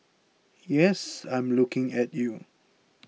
yes I'm looking at you